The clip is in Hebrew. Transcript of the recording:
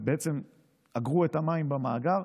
שבעצם אגרו את המים במאגר,